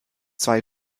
zwei